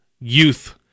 youth